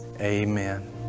Amen